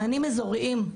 מענים אזוריים,